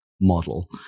model